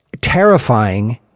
terrifying